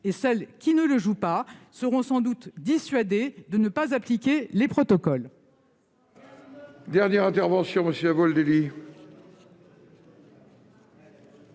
Celles qui ne le jouent pas seront sans doute dissuadées de ne pas appliquer les protocoles.